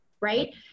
right